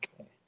okay